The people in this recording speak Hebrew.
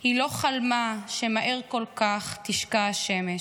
/ היא לא חלמה שמהר כל כך / תשקע השמש.